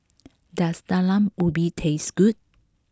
does talam ubi taste good